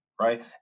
right